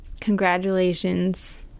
Congratulations